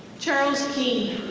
charles king.